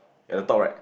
at the top right